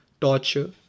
torture